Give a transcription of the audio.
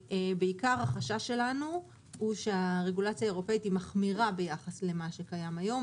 החשש שלנו שהרגולציה האירופית מחמירה ביחס למה שקיים היום.